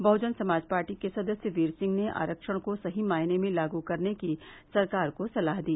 बहुजन Samaj party के सदस्य वीर सिंह ने आख्वण को सही मायने में लागू करने की सरकार को सलाह दी